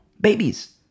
babies